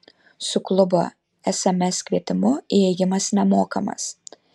su klubo sms kvietimu įėjimas nemokamas